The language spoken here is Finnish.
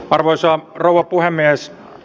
arvoisa rouva puhemies